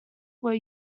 were